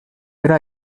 però